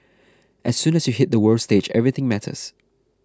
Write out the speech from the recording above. as soon as you hit the world stage everything matters